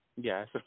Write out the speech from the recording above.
Yes